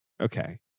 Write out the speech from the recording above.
Okay